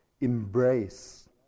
embrace